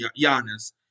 Giannis